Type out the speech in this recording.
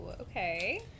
Okay